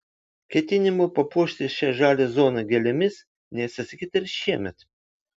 ketinimų papuošti šią žalią zoną gėlėmis neatsisakyta ir šiemet